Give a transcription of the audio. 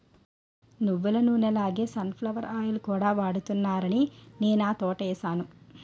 నువ్వులనూనె లాగే sunflower oil కూడా వాడుతున్నారాని నేనా తోటేసాను